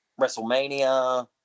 WrestleMania